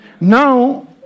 Now